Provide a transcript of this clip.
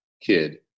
Kid